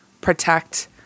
protect